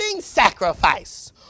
sacrifice